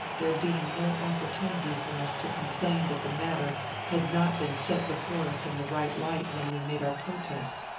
there being no opportu nity for us to complain that the matter had not been set before us in the right light when we made our protest.